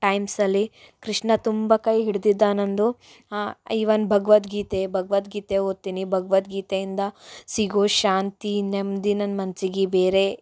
ಟೈಮ್ಸಲ್ಲಿ ಕೃಷ್ಣ ತುಂಬ ಕೈ ಹಿಡ್ದಿದ್ದ ನನ್ನದು ಹಾ ಈವನ್ ಭಗ್ವದ್ಗೀತೆ ಭಗ್ವದ್ಗೀತೆ ಓದ್ತೀನಿ ಭಗ್ವದ್ಗೀತೆಯಿಂದ ಸಿಗೋ ಶಾಂತಿ ನೆಮ್ಮದಿ ನನ್ನ ಮನ್ಸಿಗೆ ಬೇರೆ